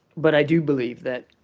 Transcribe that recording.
but i do believe that,